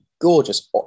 gorgeous